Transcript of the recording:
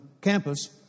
campus